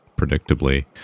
predictably